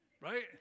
Right